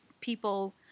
people